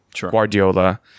Guardiola